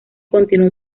continuó